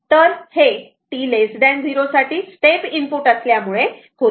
तर हे t 0 साठी स्टेप इनपुट असल्यामुळे होते